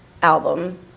album